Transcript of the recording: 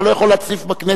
אתה לא יכול להצליף בכנסת,